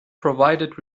provided